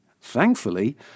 thankfully